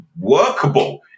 workable